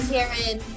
Karen